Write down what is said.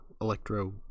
electro